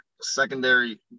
secondary